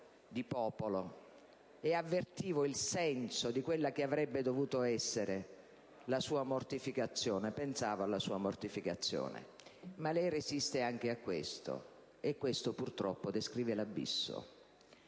di popolo, e avvertivo il senso di quella che avrebbe dovuto essere la sua mortificazione (pensavo alla sua mortificazione): ma lei resiste anche a questo, e ciò purtroppo descrive l'abisso.